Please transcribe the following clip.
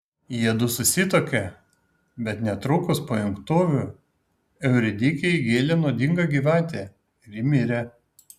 jiedu susituokė bet netrukus po jungtuvių euridikei įgėlė nuodinga gyvatė ir ji mirė